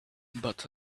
but